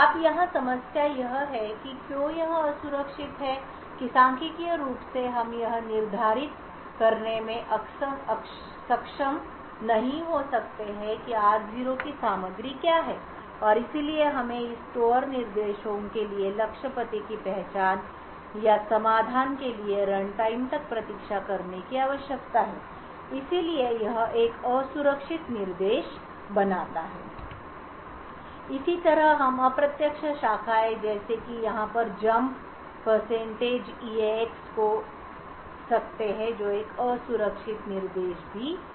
अब यहाँ समस्या यह है और क्यों यह असुरक्षित है कि सांख्यिकीय रूप से हम यह निर्धारित करने में सक्षम नहीं हो सकते हैं कि R0 की सामग्री क्या है और इसलिए हमें इस स्टोर निर्देशों के लिए लक्ष्य पते की पहचान या समाधान के लिए रनटाइम तक प्रतीक्षा करने की आवश्यकता है इसलिए यह एक असुरक्षित निर्देश बनाता है इसी तरह हम अप्रत्यक्ष शाखाएं जैसे कि यहां पर कूद प्रतिशतईएक्सएक्स हो सकते हैं जो एक असुरक्षित निर्देश भी है